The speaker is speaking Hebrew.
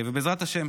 ובעזרת השם,